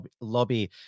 lobby